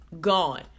gone